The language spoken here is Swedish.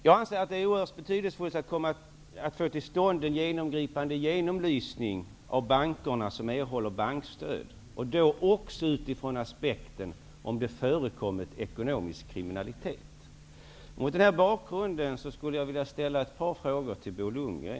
Jag anser att det är oerhört betydelselfullt att få till stånd en genomgripande genomlysning av de banker som erhåller bankstöd, och då ur aspekten om det förekommit ekonomisk kriminalitet. Mot den bakgrunden skulle jag vilja ställa ett par frågor till Bo Lundgren.